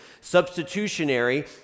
Substitutionary